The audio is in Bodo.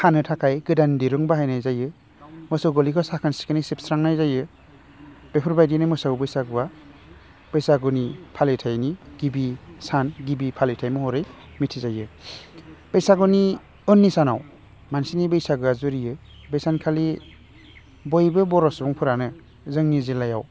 खानो थाखाय गोदान दिरुं बाहायनाय जायो मोसौ गलिखौ साखोन सिखोनै सिबस्रांनाय जायो बेफोरबायदिनो मोसौ बैसागुआ बैसागुनि फालिथाइनि गिबि सान गिबि फालिथाइ महरै मिथिजायो बैसागुनि उननि सानाव मानसिनि बैसागुआ जुरियो बे सानखालि बयबो बर' सुबुंफोरानो जोंनि जिल्लायाव